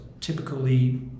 typically